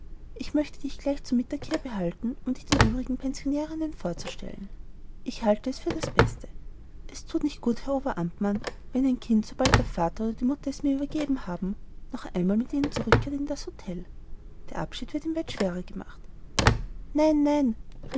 ich möchte dich gleich zu mittag hier behalten um dich den übrigen pensionärinnen vorzustellen ich halte es so für das beste es thut nicht gut herr oberamtmann wenn ein kind sobald der vater oder die mutter es mir übergeben haben noch einmal mit ihnen zurückkehrt in das hotel der abschied wird ihm weit schwerer gemacht nein nein